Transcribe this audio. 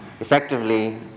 Effectively